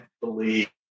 believe